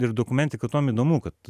ir dokumentika tuom įdomu kad